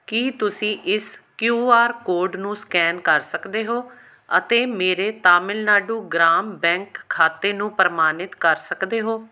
ਕੀ ਤੁਸੀਂਂ ਇਸ Q R code ਨੂੰ ਸਕੈਨ ਕਰ ਸਕਦੇ ਹੋ ਅਤੇ ਮੇਰੇ ਤਾਮਿਲਨਾਡੂ ਗ੍ਰਾਮ ਬੈਂਕ ਖਾਤੇ ਨੂੰ ਪ੍ਰਮਾਣਿਤ ਕਰ ਸਕਦੇ ਹੋ